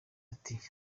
ati